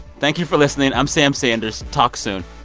thank you for listening. i'm sam sanders. talk soon.